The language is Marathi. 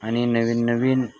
आणि नवीन नवीन